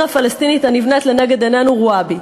הפלסטינית הנבנית לנגד עינינו רוואבי.